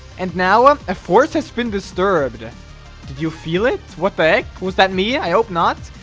and now um a force has been disturbed did you feel it what bag? who's that me? i hope not,